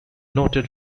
noted